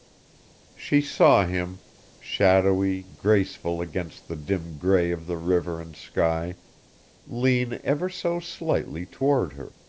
she saw him shadowy, graceful against the dim gray of the river and sky lean ever so slightly toward her.